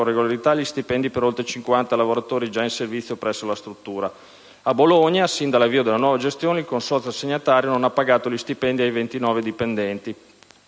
regolarità gli stipendi agli oltre 50 lavoratori già in servizio presso la struttura. A Bologna, sin dall'avvio della nuova gestione, il consorzio assegnatario non ha pagato gli stipendi ai 29 dipendenti